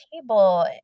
table